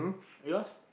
yours